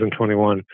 2021